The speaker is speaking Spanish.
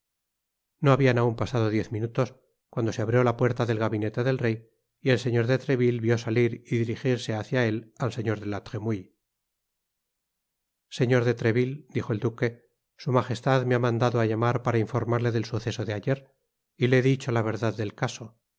no habian aun pasado diez minutos cuando se abrió la puerta del gabinete del rey y el señor de treville vió salir y dirijirse hácia él al señor de la tremouille señor de treville dijo el duque su magestad me ha mandado á llamar para informarle del suceso de ayer y le he dicho la verdad del caso